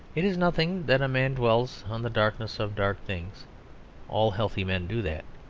it is nothing that a man dwells on the darkness of dark things all healthy men do that.